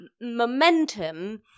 momentum